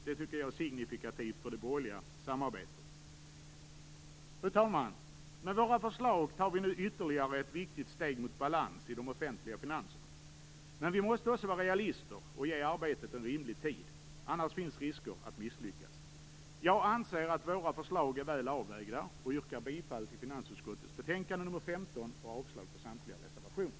Det är signifikativt för det borgerliga samarbetet. Fru talman! Med våra förslag tar vi nu ytterligare ett viktigt steg mot balans i de offentliga finanserna. Men vi måste också vara realister och ge arbetet en rimlig tid, annars finns risk att misslyckas. Jag anser att våra förslag är väl avvägda och yrkar bifall till hemställan i finansutskottets betänkande nr 15 och avslag på samtliga reservationer.